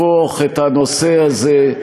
את הנושא הזה,